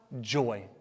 joy